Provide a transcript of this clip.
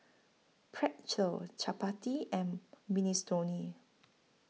Pretzel Chapati and Minestrone